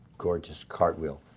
gorgeous cartwheel.